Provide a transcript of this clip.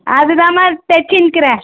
அது தானம்மா தைச்சின்னுக்குறேன்